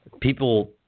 People